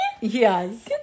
yes